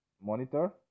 monitor